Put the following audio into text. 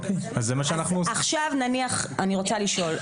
אז עכשיו, נניח, אני רוצה לשאול.